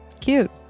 Cute